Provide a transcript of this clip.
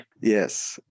Yes